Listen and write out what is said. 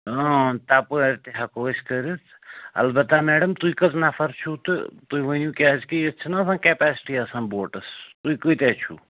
اۭں تپٲرۍ تہِ ہٮ۪کو أسۍ کٔرِتھ البتہ میڈم تُہۍ کٔژ نفر چھُو تہٕ تُہۍ ؤنِو کیٛاز کہِ یَتھ چھِنا کٮ۪پیسٹی آسان بوٹَس تُہۍ کۭتیٛاہ چھُو